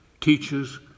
teaches